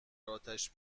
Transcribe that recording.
اتش